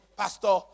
Pastor